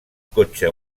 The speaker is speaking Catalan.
cotxe